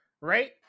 right